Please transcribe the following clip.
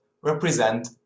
represent